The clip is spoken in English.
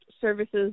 Service's